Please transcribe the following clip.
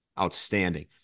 outstanding